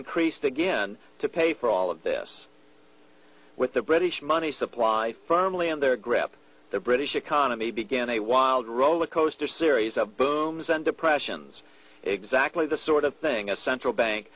increased again to pay for all of this with the british money supply firmly in their grip the british economy began a wild rollercoaster series of booms and depressions exactly the sort of thing a central bank